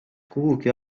kuhugi